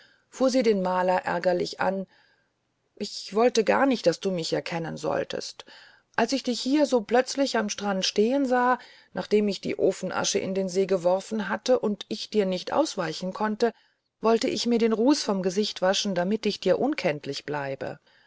fuhr sie den maler ärgerlich an ich wollte gar nicht daß du mich erkennen solltest als ich dich hier so plötzlich am strand stehen sah nachdem ich die ofenasche in den see geworfen hatte und ich dir nicht ausweichen konnte wollte ich mir den ruß vom gesicht waschen damit ich dir unkenntlich bliebe